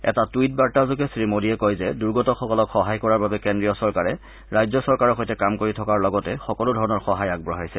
এটা টুইট বাৰ্তাযোগে শ্ৰীমোডীয়ে কয় যে দুৰ্গতসকলক সহায় কৰাৰ বাবে কেন্দ্ৰীয় চৰকাৰে ৰাজ্য চৰকাৰৰ সৈতে কাম কৰি থকাৰ লগতে সকলো ধৰণৰ সহায় আগবঢ়াইছে